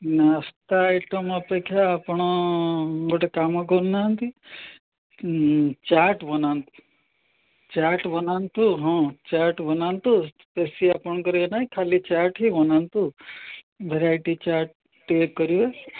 ନାସ୍ତା ଆଇଟମ୍ ଅପେକ୍ଷା ଆପଣ ଗୋଟେ କାମ କରୁନାହାନ୍ତି ଚାଟ୍ ବନାନ୍ତୁ ଚାଟ୍ ବନାନ୍ତୁ ହଁ ଚାଟ୍ ବନାନ୍ତୁ ବେଶୀ ଆପଣଙ୍କର ଇଏ ନାହିଁ ଖାଲି ଚାଟ୍ ହିଁ ବନାନ୍ତୁ ଭେରାଇଟି ଚାଟ୍ ଟିକେ ଇଏ କରିବେ